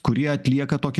kurie atlieka tokį